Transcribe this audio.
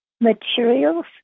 materials